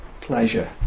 pleasure